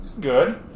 good